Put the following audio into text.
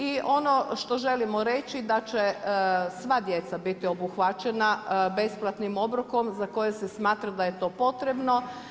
I ono što želimo reći da će sva djeca biti obuhvaćena besplatnim obrokom za koje se smatra da je to potrebno.